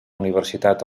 universitat